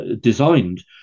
designed